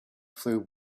flew